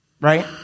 Right